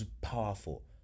powerful